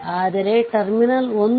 ಆದ್ದರಿಂದ i1 5 ampere